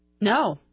No